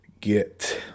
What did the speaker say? get